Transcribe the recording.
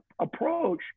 approach